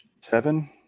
Seven